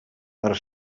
per